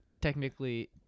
technically